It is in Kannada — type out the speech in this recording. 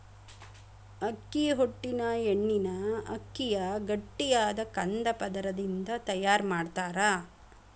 ಅಕ್ಕಿ ಹೊಟ್ಟಿನ ಎಣ್ಣಿನ ಅಕ್ಕಿಯ ಗಟ್ಟಿಯಾದ ಕಂದ ಪದರದಿಂದ ತಯಾರ್ ಮಾಡ್ತಾರ